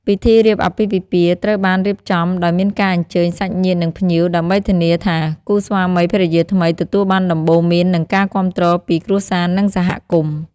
ពិធីរៀបអាពាហ៍ពិពាហ៍ត្រូវបានរៀបចំដោយមានការអញ្ជើញសាច់ញាតិ និងភ្ញៀវ ដើម្បីធានាថាគូស្វាមីភរិយាថ្មីទទួលបានដំបូន្មាន និងការគាំទ្រពី គ្រួសារ និងសហគមន៍។